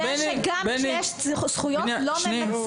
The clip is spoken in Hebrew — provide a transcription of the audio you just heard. לא מבצעים את הזכות,